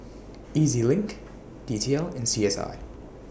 E Z LINK D T L and C S I